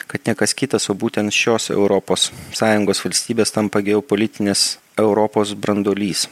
kad ne kas kitas o būtent šios europos sąjungos valstybės tampa geopolitinės europos branduolys